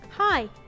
Hi